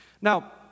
Now